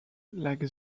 like